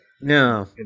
No